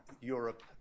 Europe